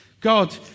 God